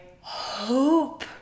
hope